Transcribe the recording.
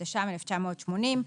התש"ם-1980.